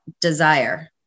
desire